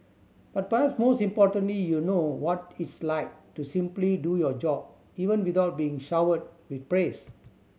but perhaps most importantly you know what it's like to simply do your job even without being showered with praise